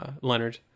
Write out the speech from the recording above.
Leonard